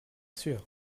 sûr